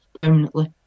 permanently